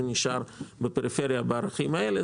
הוא נשאר בפריפריה בערכים האלה.